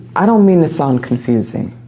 i don't mean to sound confusing.